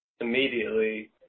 immediately